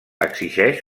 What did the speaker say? exigeix